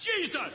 Jesus